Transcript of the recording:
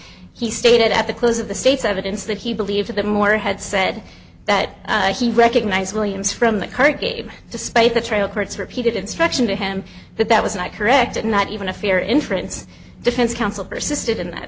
he stated at the close of the state's evidence that he believed that moore had said that he recognized williams from the card game despite the trail court's repeated instruction to him that that was not correct and not even a fair inference defense counsel persisted in that